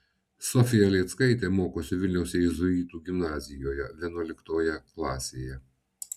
sofija lėckaitė mokosi vilniaus jėzuitų gimnazijoje vienuoliktoje klasėje